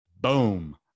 Boom